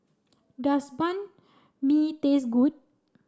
does Banh Mi taste good